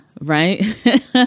right